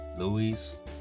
Louis